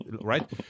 right